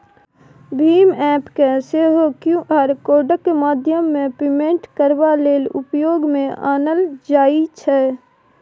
भीम app केँ सेहो Q R कोडक माध्यमेँ पेमेन्ट करबा लेल उपयोग मे आनल जाइ छै